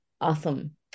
Awesome